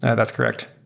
that's correct.